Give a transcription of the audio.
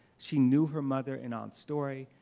she knew her mother and aunt's story.